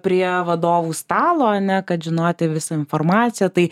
prie vadovų stalo ane kad žinoti visą informaciją tai